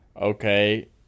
Okay